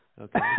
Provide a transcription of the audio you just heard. okay